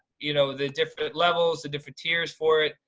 you know, the different levels, the different tiers for it.